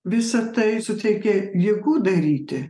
visa tai suteikia jėgų daryti